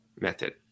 method